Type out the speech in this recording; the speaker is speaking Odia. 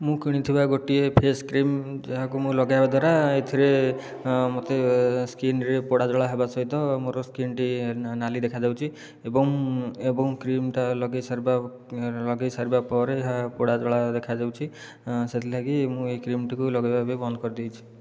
ମୁଁ କିଣିଥିବା ଗୋଟିଏ ଫେସ୍ କ୍ରିମ୍ ଯାହାକୁ ମୁଁ ଲଗାଇବା ଦ୍ୱାରା ଏଥିରେ ମୋତେ ସ୍କିନ୍ରେ ପୋଡ଼ା ଜଳା ହେବା ସହିତ ମୋର ସ୍କିନ୍ଟି ନାଲି ଦେଖା ଯାଉଛି ଏବଂ ଏବଂ କ୍ରିମ୍ଟା ଲଗାଇ ସାରିବା ପରେ ଏହା ପୋଡ଼ା ଜଳା ଦେଖା ଯାଉଛି ସେଥିଲାଗି ମୁଁ ଏହି କ୍ରିମ୍ଟିକୁ ଲଗାଇବା ଏବେ ବନ୍ଦ କରି ଦେଇଛି